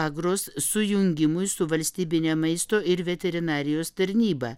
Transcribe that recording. agrus sujungimui su valstybine maisto ir veterinarijos tarnyba